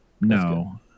No